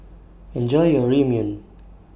Enjoy your Ramyeon